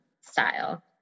style